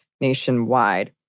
nationwide